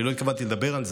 אני לא התכוונתי לדבר על זה,